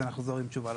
ונחזור עם תשובה לוועדה.